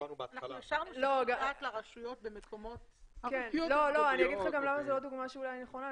אני אומר לך למה זאת לא דוגמה שאולי היא לא נכונה.